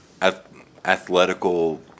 Athletical